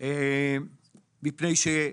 אגב,